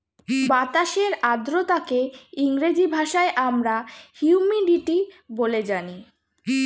বাতাসের আর্দ্রতাকে ইংরেজি ভাষায় আমরা হিউমিডিটি বলে জানি